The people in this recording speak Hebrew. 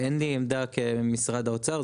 אין לי עמדה כמשרד האוצר.